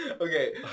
Okay